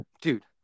dude